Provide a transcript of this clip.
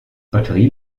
batterie